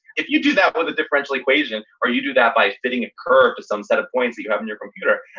if you do that with a differential equation or you do that by fitting a curve to some set of points that you have in your computer,